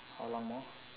how long more